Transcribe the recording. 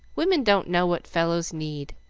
women don't know what fellows need,